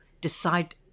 decide